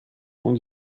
und